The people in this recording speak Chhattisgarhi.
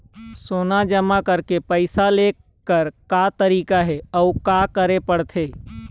सोना जमा करके पैसा लेकर का तरीका हे अउ का करे पड़थे?